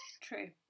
true